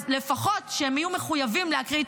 אז לפחות שהם יהיו מחויבים להקריא את